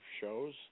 shows